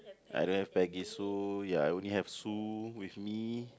I don't have Pegisu ya I only have Su with me